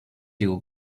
your